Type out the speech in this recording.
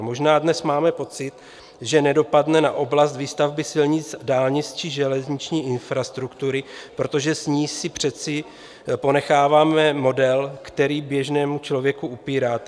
Možná dnes máme pocit, že nedopadne na oblast výstavby silnic, dálnic či železniční infrastruktury, protože s ní si přece ponecháváme model, který běžnému člověku upíráte.